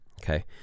okay